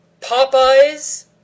Popeyes